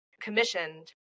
commissioned